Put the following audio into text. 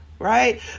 right